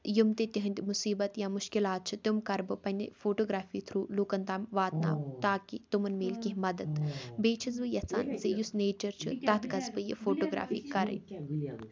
یِم تہِ تِہِنٛدۍ مُصیٖبت یا مُشکِلات چھِ تِم کَرٕ بہٕ پنٛنہِ فوٹوگرٛافی تھرٛوٗ لوٗکَن تام واتناو تاکہِ تاکہِ تمَن میلہِ کیٚنٛہہ مَدَت بیٚیہِ چھَس بہٕ یَژھان زِ یُس نیچَر چھُ تَتھ گژھٕ بہٕ یہِ فوٹوگرٛافی کَرٕنۍ